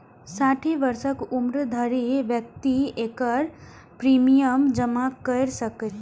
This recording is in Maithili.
साठि वर्षक उम्र धरि व्यक्ति एकर प्रीमियम जमा कैर सकैए